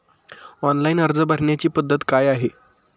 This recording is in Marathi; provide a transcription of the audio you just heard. ऑनलाइन अर्ज भरण्याची पद्धत काय आहे?